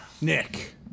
Nick